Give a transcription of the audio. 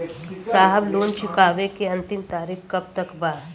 साहब लोन चुकावे क अंतिम तारीख कब तक बा?